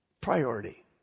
Priority